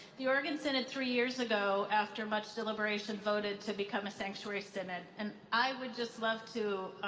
the oregon synod three years ago after much deliberation voted to become a sanctuary synod and i would just love to